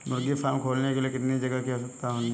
मुर्गी फार्म खोलने के लिए कितनी जगह होनी आवश्यक है?